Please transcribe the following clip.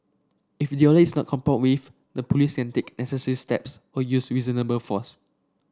if the is not complied with the Police can take necessary steps or use reasonable force